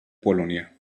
polonia